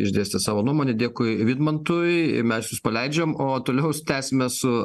išdėstė savo nuomonę dėkui vidmantui mes jus paleidžiam o toliau tęsime su